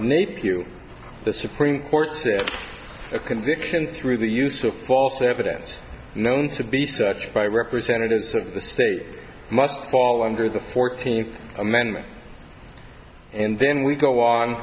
you the supreme court's if a conviction through the use of false evidence known to be such by representatives of the state must fall under the fourteenth amendment and then we go on